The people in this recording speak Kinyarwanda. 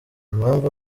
impamvu